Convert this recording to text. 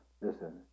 Listen